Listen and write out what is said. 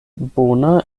bona